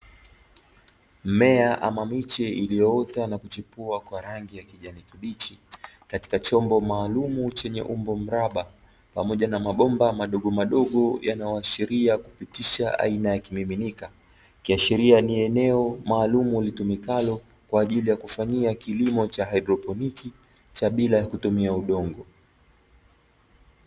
Mimea ama miche iliyoota na kuchipua na kuota kwa rangi ya kijani kibichi katika chombo maalumu chenye umbo mraba, pamoja na mabomba madogomadogo yanayoashiria kupitisha aina ya kimiminika, ikiashiria ni eneo maalumu litumikalo kwa ajili ya kufanyia kilimo cha haidroponi cha bila kutumia udongo.